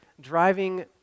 driving